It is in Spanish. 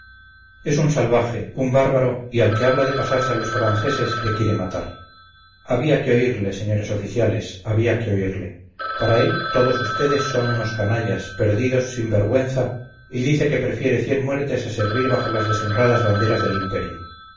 es un salvaje un bárbaro y al que habla de pasarse a los franceses le quiere matar había que oírle señores oficiales había que oírle para él todos ustedes son unos canallas perdidos sin vergüenza y dice que prefiere cien muertes a servir bajo las deshonradas banderas del imperio